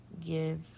give